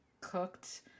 cooked